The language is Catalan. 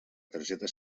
targeta